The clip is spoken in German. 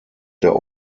der